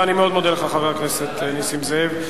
אני מאוד מודה לך, חבר הכנסת נסים זאב.